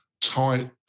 tight